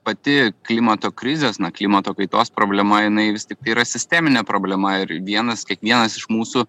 pati klimato krizės na klimato kaitos problema jinai vis tik tai yra sisteminė problema ir vienas kiekvienas iš mūsų